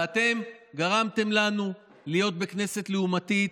ואתם גרמתם לנו להיות בכנסת לעומתית,